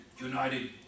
United